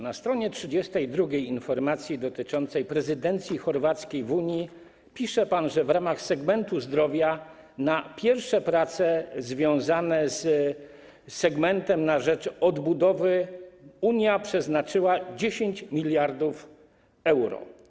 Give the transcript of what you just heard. Na s. 32 informacji dotyczącej prezydencji chorwackiej w Unii pisze pan, że w ramach segmentu zdrowia na pierwsze prace związane z segmentem na rzecz odbudowy Unia przeznaczyła 10 mld euro.